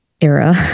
era